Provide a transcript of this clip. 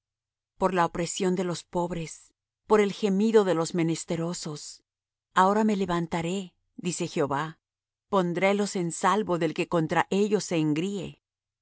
por la opresión de los pobres por el gemido de los menesterosos ahora me levantaré dice jehová pondrélos en salvo del que contra ellos se engríe